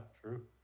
true